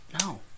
No